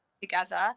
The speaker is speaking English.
together